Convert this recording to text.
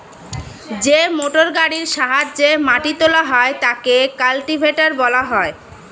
যে মোটরগাড়ির সাহায্যে মাটি তোলা হয় তাকে কাল্টিভেটর বলা হয়